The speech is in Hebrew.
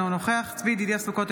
אינו נוכח צבי ידידיה סוכות,